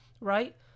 right